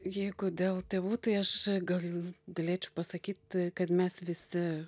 jeigu dėl tėvų tai aš gal galėčiau pasakyt kad mes visi